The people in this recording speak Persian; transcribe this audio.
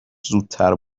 زودتر